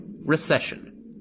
recession